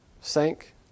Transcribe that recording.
sink